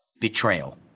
betrayal